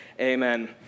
Amen